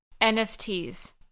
NFTs